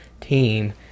team